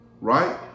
Right